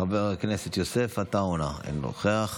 חבר הכנסת יוסף עטאונה, אינו נוכח.